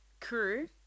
crew